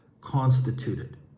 constituted